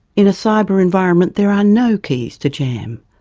in a cyber environment there are no keys to jam,